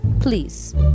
Please